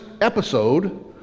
episode